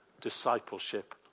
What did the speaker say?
discipleship